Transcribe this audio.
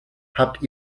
habt